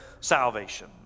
salvation